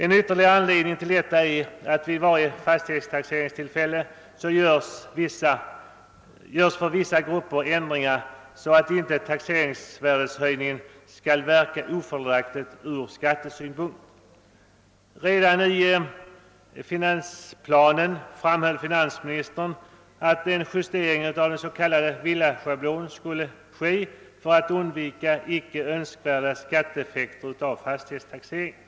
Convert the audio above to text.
En ytterligare anledning till detta är att vid varje taxeringstillfälle görs för vissa grupper ändringar så att en taxe ringsvärdeshöjning inte skall inverka ofördelaktigt från skattesynpunkt. Redan i finansplanen framhöll finansministern att en justering av den s.k. villaschablonen skulle ske för att undvika icke önskvärda skatteeffekter av fastighetstaxeringen.